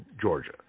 Georgia